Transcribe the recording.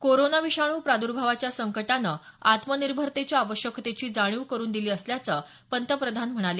corona विषाणू प्रादुर्भावाच्या संकटानं आत्मनिर्भरतेच्या आवश्यकतेची जाणिव करून दिली असल्याचं पंतप्रधान म्हणाले